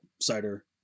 cider